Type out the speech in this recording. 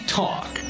talk